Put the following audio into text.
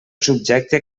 subjecte